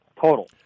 Total